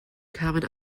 kamen